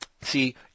See